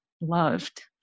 loved